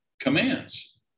commands